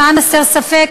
למען הסר ספק,